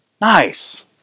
Nice